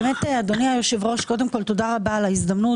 אדוני היושב-ראש, קודם כל תודה על ההזדמנות.